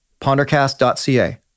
pondercast.ca